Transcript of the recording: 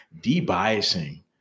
de-biasing